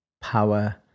power